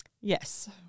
Yes